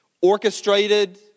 orchestrated